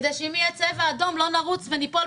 כדי שאם יהיה צבע אדום לא נרוץ וניפול.